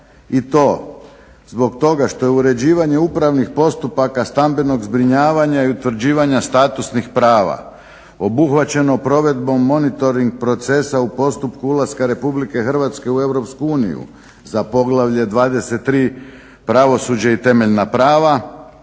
i to zbog toga što je uređivanje upravnik postupaka stambenog zbrinjavanja i utvrđivanja statusnih prava obuhvaćeno provedbom monitoring procesa u postupku ulaska Republike Hrvatske u Europsku uniju za poglavlje 23.-Pravosuđe i temeljna prava